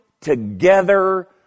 together